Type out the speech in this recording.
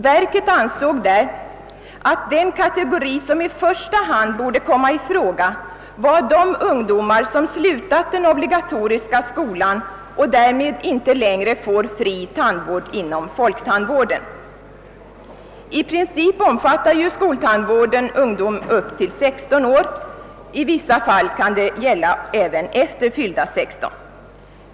Verket ansåg då att den kategori, som i första hand borde komma i fråga, var de ungdomar som slutat den obligatoriska skolan och därmed inte längre erhåller fri tandvård inom folktandvården. Skoltandvården omfattar ju i princip åldrarna upp till 16 år, i vissa fall även efter denna åldersgräns.